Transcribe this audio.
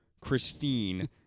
Christine